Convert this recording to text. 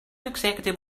executive